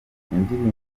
indirimbo